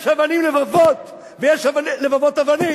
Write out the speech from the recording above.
יש אבנים לבבות, ויש לבבות אבנים.